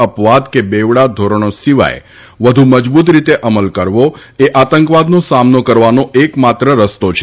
અપવાદ કે બેવડા ધોરણો સિવાય વધુ મજબૂત રીતે અમલ કરવો એ આતંકવાદનો સામનો કરવાનો એકમાત્ર રસ્તો છે